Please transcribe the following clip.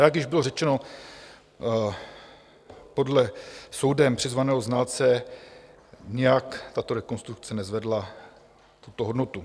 Jak již bylo řečeno, podle soudem přizvaného znalce nijak tato rekonstrukce nezvedla tuto hodnotu.